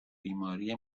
بیماری